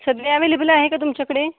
सध्या अवेलेबल आहे का तुमच्याकडे